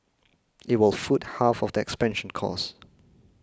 it will foot half of the expansion costs